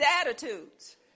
attitudes